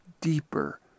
deeper